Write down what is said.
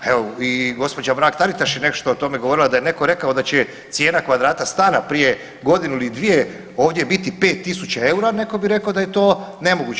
Evo i gospođa Mrak Taritaš je nešto o tome govorila, da je netko rekao da će cijena kvadrata stana prije godinu ili dvije ovdje biti 5 tisuća eura netko bi rekao da je to nemoguće.